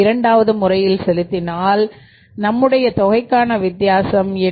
இரண்டாவது முறையில் செலுத்தினால் நம்முடைய தொகைக்கான வித்தியாசம் 8